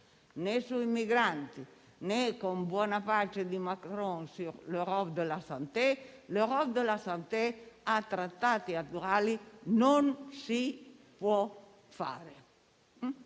né sui migranti né, con buona pace di Macron, su l'*Europe de la santé*. L'*Europe de la santé*, con i trattati attuali, non si può fare.